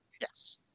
Yes